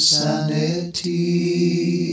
sanity